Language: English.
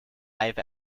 i’ve